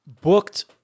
booked